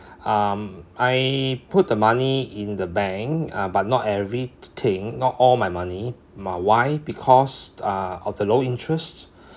um I put the money in the bank uh but not everything not all my money my why because uh of the low interest